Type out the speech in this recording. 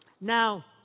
Now